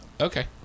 Okay